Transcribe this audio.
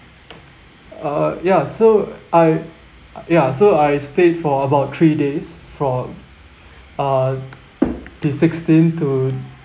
uh ya so I ya so I stayed for about three days from uh the sixteen to